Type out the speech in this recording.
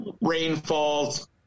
rainfalls